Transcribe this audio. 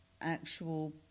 actual